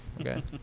Okay